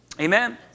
Amen